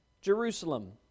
Jerusalem